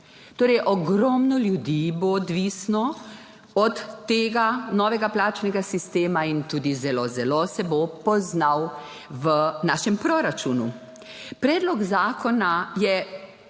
Torej ogromno ljudi bo odvisnih od tega novega plačnega sistema in tudi zelo, zelo se bo poznal v našem proračunu. Predlog zakona je